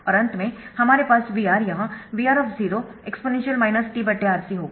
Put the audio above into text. और अंत में हमारे पास VR यह VR exp t RC होगा